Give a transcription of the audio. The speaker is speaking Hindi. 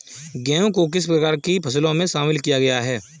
गेहूँ को किस प्रकार की फसलों में शामिल किया गया है?